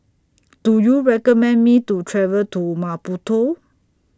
Do YOU recommend Me to travel to Maputo